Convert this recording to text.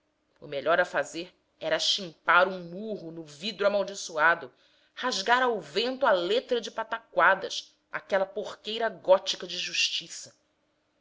o melhor a fazer era chimpar um murro no vidro amaldiçoado rasgar ao vento a letra de patacoadas aquela porqueira gótica de justiça